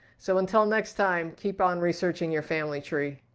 so until next time keep on researching your family tree.